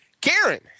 Karen